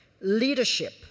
leadership